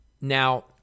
now